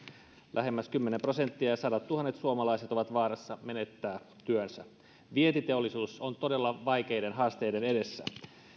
lähemmäs kymmenen prosenttia ja sadattuhannet suomalaiset ovat vaarassa menettää työnsä vientiteollisuus on todella vaikeiden haasteiden edessä